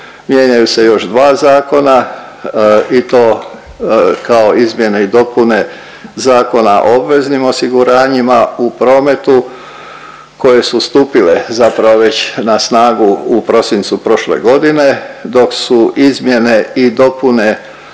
mijenjaju se još dva zakona i to kao izmjene i dopune Zakona o obveznim osiguranjima u prometu koje su stupile zapravo već na snagu u prosincu prošle godine, dok su izmjene i dopune